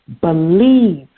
Believe